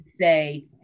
say